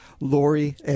Lori